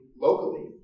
locally